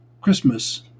Christmas